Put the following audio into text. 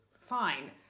fine